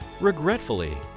Regretfully